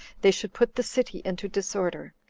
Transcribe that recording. they should put the city into disorder,